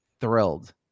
thrilled